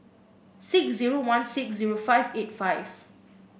six zero one six zero five eight five